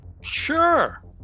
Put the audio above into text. Sure